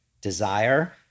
desire